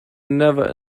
never